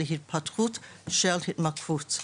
להתפתחות של התמכרות.